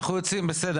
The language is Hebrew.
אז זה גם הערכה תקציבית.